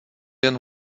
jen